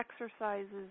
exercises